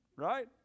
Right